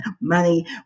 money